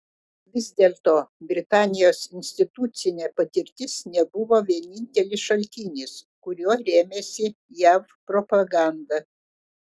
vis dėlto britanijos institucinė patirtis nebuvo vienintelis šaltinis kuriuo rėmėsi jav propaganda